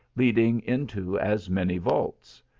leading into as many vaults,